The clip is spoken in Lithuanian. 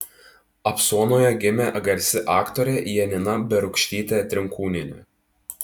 apsuonoje gimė garsi aktorė janina berūkštytė trinkūnienė